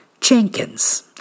Jenkins